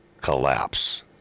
collapse